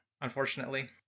Unfortunately